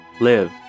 Live